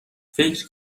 فکر